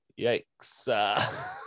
Yikes